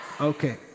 Okay